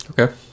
Okay